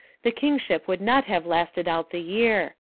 the kingship could not have lasted out the year.